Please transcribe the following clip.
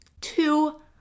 Two